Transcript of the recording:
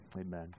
Amen